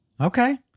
Okay